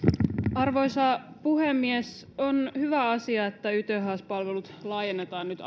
arvoisa puhemies on hyvä asia että yths palvelut laajennetaan nyt